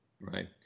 Right